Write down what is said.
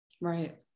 Right